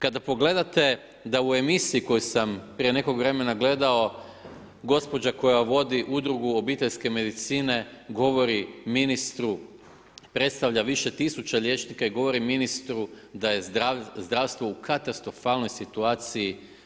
Kada pogledate da u emisiji koju sam prije nekog vremena gledao, gospođa koja vodi udrugu obiteljske medicine govori ministru, predstavlja više tisuća liječnika i govori ministru da je zdravstvo u katastrofalnoj situaciji.